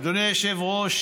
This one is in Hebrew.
אדוני היושב-ראש,